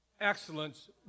excellence